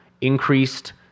increased